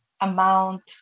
amount